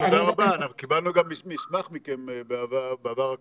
תודה רבה, אנחנו קיבלנו גם מסמך מכם בעבר הקרוב.